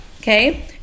Okay